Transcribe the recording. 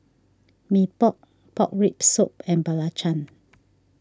Mee Pok Pork Rib Soup and Belacan